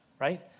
right